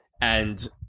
and-